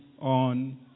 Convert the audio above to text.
on